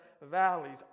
valleys